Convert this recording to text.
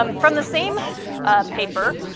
um from the same paper,